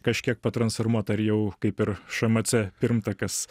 kažkiek patransformuot ar jau kaip ir šmc pirmtakas